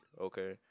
okay